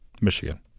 Michigan